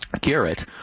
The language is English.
Garrett